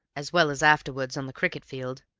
as well as afterwards on the cricket-field.